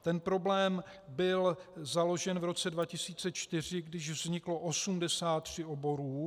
Ten problém byl založen v roce 2004, když vzniklo 83 oborů.